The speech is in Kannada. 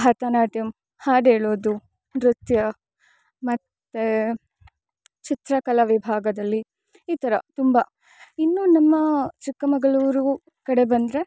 ಭರತನಾಟ್ಯಮ್ ಹಾಡು ಹೇಳೋದು ನೃತ್ಯ ಮತ್ತು ಚಿತ್ರಕಲಾ ವಿಭಾಗದಲ್ಲಿ ಈ ಥರ ತುಂಬ ಇನ್ನು ನಮ್ಮ ಚಿಕ್ಕಮಗಳೂರು ಕಡೆ ಬಂದರೆ